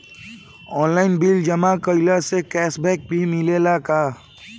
Online bill जमा कईला से कैश बक भी मिलेला की?